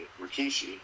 Rikishi